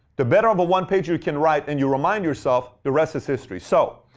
the better of a one-pager you can write and you remind yourself the rest is history. so,